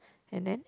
and then